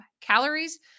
calories